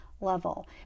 level